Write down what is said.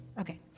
Okay